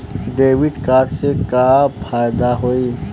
Debit card से का फायदा होई?